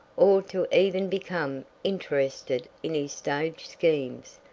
or to even become interested in his stage schemes.